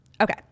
Okay